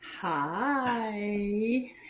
Hi